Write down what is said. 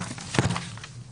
מקובל על